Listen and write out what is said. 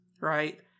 Right